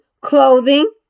clothing